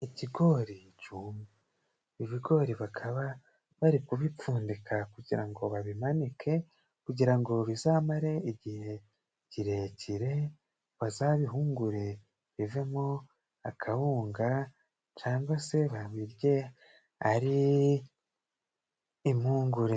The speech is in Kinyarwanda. Ikigori cyumye. Ibigori bakaba bari kubipfundika kugira ngo babimanike, kugira ngo bizamare igihe kirekire, bazabihungure bivemo akawunga, cyangwa se babirye ari impungure.